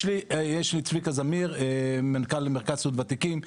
צביקה זמיר, מנכ"ל מרכז סיעוד וותיקים.